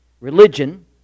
Religion